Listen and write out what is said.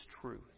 truth